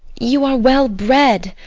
you are well-bred,